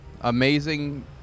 amazing